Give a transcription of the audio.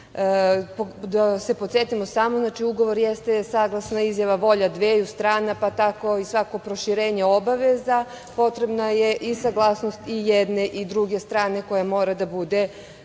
se podsetimo samo, ugovor jeste saglasna izjava volje dveju strana, pa tako i svako proširenje obaveza. Potrebna je i saglasnost i jedne i druge strane koja mora da bude